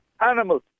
Animals